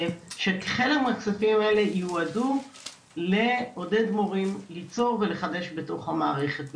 שחלק מהכספים האלה ייועדו לעודד מורים ליצור ולחדש בתוך המערכת.